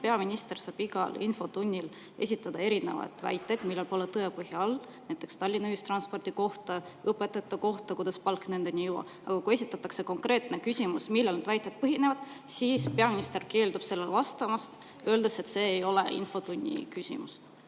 peaminister saab igas infotunnis esitada erinevaid väiteid, millel pole tõepõhja all, näiteks Tallinna ühistranspordi kohta, õpetajate kohta, kuidas palk nendeni ei jõua. Aga kui esitatakse konkreetne küsimus: "Millel need väited põhinevad?", siis peaminister keeldub vastamast, öeldes, et see ei ole infotunni küsimus.